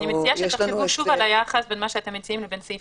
אני מציעה שתחשבו שוב על היחס בין מה שאתם מציעים לבין סעיף